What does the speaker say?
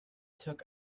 took